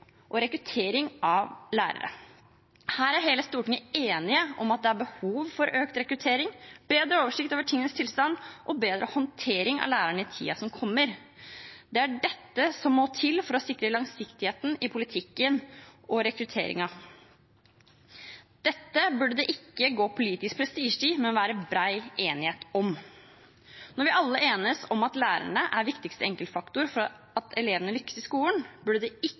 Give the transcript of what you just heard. rekruttering av lærere. Her er hele Stortinget enig om at det er behov for økt rekruttering, bedre oversikt over tingenes tilstand og bedre håndtering av lærerne i tiden som kommer. Det er dette som må til for å sikre langsiktigheten i politikken og rekrutteringen. Dette burde det ikke gå politisk prestisje i, men være bred enighet om. Når vi alle enes om at lærerne er den viktigste enkeltfaktor for at elevene lykkes i skolen, burde det ikke